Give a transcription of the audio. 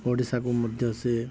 ଓଡ଼ିଶାକୁ ମଧ୍ୟ ସେ